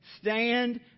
Stand